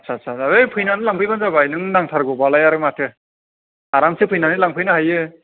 आथसा सा होइ फैनानै लांफैबानो जाबाय नों नांथारगौबालाय आरो माथो आरामसे फैनानै लांफानो हायो